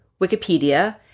Wikipedia